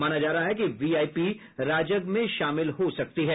माना जा रहा है कि वीआईपी राजग में शामिल हो सकती है